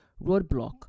Roadblock